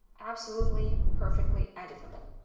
absolutely perfectly editable.